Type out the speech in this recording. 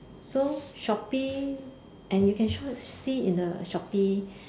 so Shopee and you can try to see in the Shopee